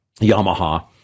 Yamaha